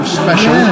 special